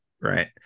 right